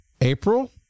april